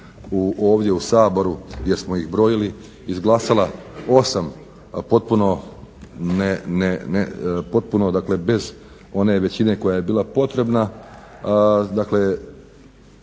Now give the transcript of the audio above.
ovdje u Saboru jer smo ih brojali izglasala osam potpuno bez one većine koja je bila potrebna,